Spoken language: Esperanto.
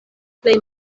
plej